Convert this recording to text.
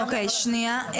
אוקיי, שנייה.